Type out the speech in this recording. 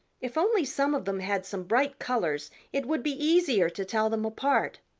if only some of them had some bright colors it would be easier to tell them apart.